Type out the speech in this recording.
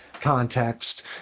context